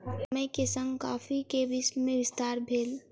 समय के संग कॉफ़ी के विश्व में विस्तार भेल